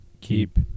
Keep